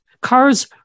Cars